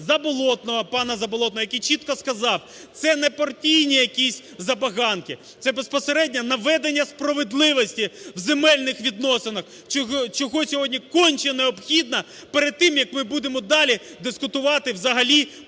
Заболотного, пана Заболотного, який чітко сказав, це не партійні якісь забаганки, це безпосередньо наведення справедливості в земельних відносинах, чого сьогодні конче необхідно перед тим, як ми будемо далі дискутувати взагалі